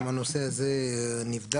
גם הנושא הזה נבדק,